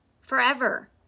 Forever